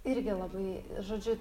irgi labai žodžiu